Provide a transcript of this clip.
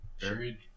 buried